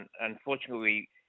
unfortunately